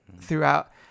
throughout